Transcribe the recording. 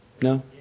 No